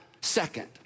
second